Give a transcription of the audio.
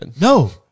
No